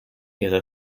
ihrer